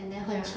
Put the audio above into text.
ya